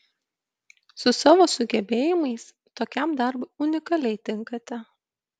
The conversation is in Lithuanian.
su savo sugebėjimais tokiam darbui unikaliai tinkate